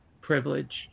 privilege